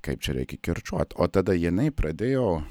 kaip čia reikia kirčiuot o tada jinai pradėjo